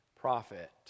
prophet